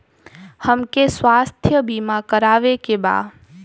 हमके स्वास्थ्य बीमा करावे के बा?